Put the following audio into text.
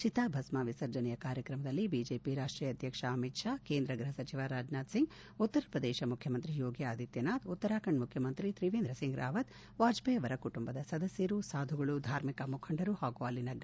ಚಿತಾಭಸ್ನ ವಿಸರ್ಜನೆಯ ಕಾರ್ಯಕ್ರಮದಲ್ಲಿ ಬಿಜೆಪಿ ರಾಷ್ಷೀಯ ಅಧ್ಯಕ್ಷ ಅಮಿತ್ ಶಾ ಕೇಂದ್ರ ಗೃಹ ಸಚಿವ ರಾಜನಾಥ್ ಸಿಂಗ್ ಉತ್ತರಪ್ರದೇಶ ಮುಖ್ಣಮಂತ್ರಿ ಯೋಗಿ ಆದಿತ್ತನಾಥ್ ಉತ್ತರಾಖಂಡ್ ಮುಖ್ಣಮಂತ್ರಿ ತ್ರಿವೇಂದ್ರಸಿಂಗ್ ರಾವತ್ ವಾಜಪೇಯಿ ಅವರ ಕುಟುಂಬ ಸದಸ್ಯರು ಸಾಧುಗಳು ಧಾರ್ಮಿಕ ಮುಖಂಡರು ಹಾಗೂ ಅಲ್ಲಿನ ಗಣ್ಣರು ಪಾಲ್ಗೊಂಡಿದ್ದರು